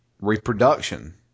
reproduction